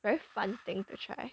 very fun thing to try